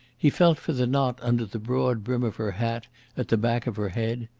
he felt for the knot under the broad brim of her hat at the back of her head.